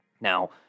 now